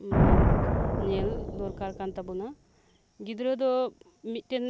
ᱢᱟᱱᱮ ᱧᱮᱞ ᱫᱚᱨᱠᱟᱨ ᱠᱟᱱ ᱛᱟᱵᱚᱱᱟ ᱜᱤᱫᱽᱨᱟᱹ ᱫᱚ ᱢᱤᱫ ᱴᱮᱱ